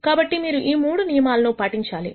కాబట్టి మీరు ఈ మూడు నియమాలను పాటించాలి